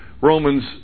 Romans